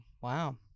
wow